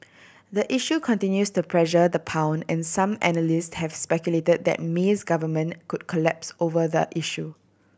the issue continues to pressure the pound and some analysts have speculated that Mi's government could collapse over the issue